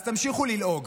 אז תמשיכו ללעוג.